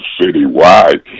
city-wide